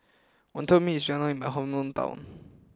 Wonton Mee is well known in my hometown